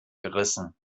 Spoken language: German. gerissen